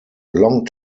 long